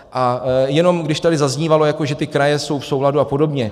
A jenom když tady zaznívalo, jako že ty kraje jsou v souladu a podobně.